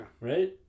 Right